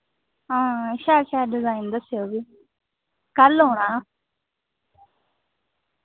हां शैल शैल डिजाइन दस्सेओ फ्ही कल औना